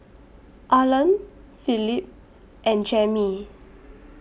Arlan Philip and Jammie